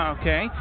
Okay